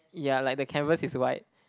yeah like the canvas is white